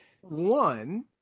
One